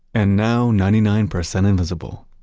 and now ninety nine percent invisible,